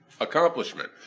accomplishment